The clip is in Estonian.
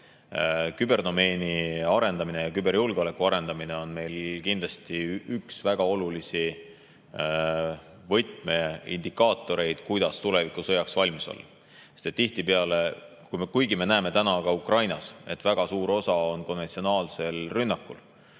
ja küberjulgeoleku arendamine on meil kindlasti üks väga olulisi võtmeindikaatoreid, kuidas tulevikusõjaks valmis olla. Sest tihtipeale, kuigi me näeme praegu Ukrainas, et väga suur osa on konventsionaalsel rünnakul